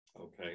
okay